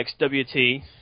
XWT